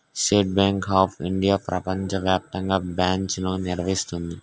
state Bank of India ప్రపంచ వ్యాప్తంగా బ్రాంచ్లను నిర్వహిస్తుంది